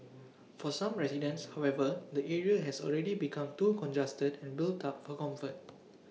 for some residents however the area has already become too congested and built up for comfort